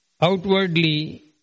Outwardly